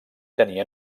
tenia